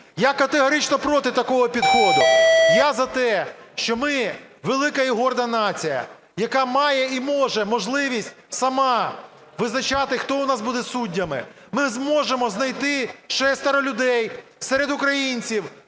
Я категорично проти такого підходу. Я за те, що ми – велика і горда нація, яка може і має можливість сама визначати, хто у нас буде суддями. Ми зможемо знайти 6 людей серед українців